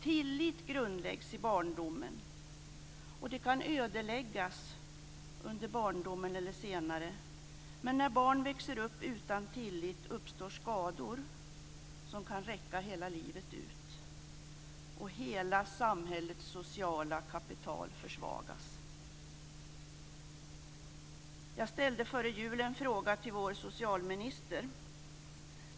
Tillit grundläggs i barndomen. Den kan ödeläggas under barndomen eller senare, men när barn växer upp utan tillit uppstår skador som kan räcka hela livet ut. Och hela samhällets sociala kapital försvagas. Jag ställde före jul en fråga till vår socialminister.